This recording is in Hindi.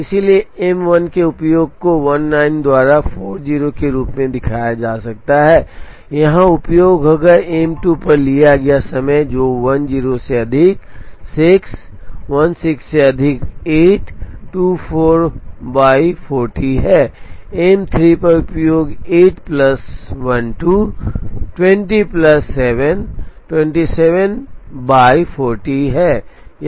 इसलिए M 1 के उपयोग को 19 द्वारा 40 के रूप में दिखाया जा सकता है यहाँ उपयोग होगा एम 2 पर लिया गया समय जो 10 से अधिक 6 16 से अधिक 8 24 बाय 40 है एम 3 पर उपयोग 8 प्लस 12 20 प्लस 7 27 बाय 40 है